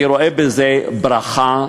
אני רואה בזה ברכה,